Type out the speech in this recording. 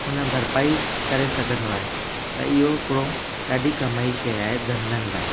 उन भरपाई करे सघंदो आहे त इहो हिकिड़ो ॾाढी कम जी शइ आहे धंधनि लाइ